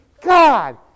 God